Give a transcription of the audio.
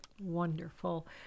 Wonderful